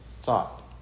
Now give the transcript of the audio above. thought